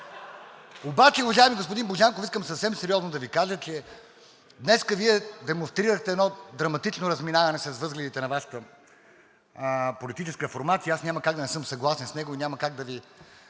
Обаче, уважаеми господин Божанков, искам съвсем сериозно да Ви кажа, че днес Вие демонстрирахте едно драматично разминаване с възгледите на Вашата политическа формация и аз няма как да не съм съгласен с него и няма как да не